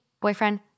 boyfriend